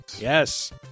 Yes